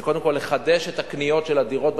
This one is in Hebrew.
זה קודם כול לחדש את הקניות של הדירות,